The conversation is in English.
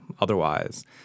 otherwise